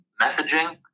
messaging